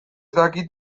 dakit